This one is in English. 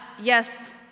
yes